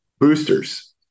boosters